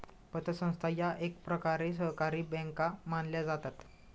पतसंस्था या एकप्रकारे सहकारी बँका मानल्या जातात